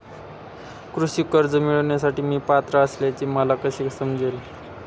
कृषी कर्ज मिळविण्यासाठी मी पात्र असल्याचे मला कसे समजेल?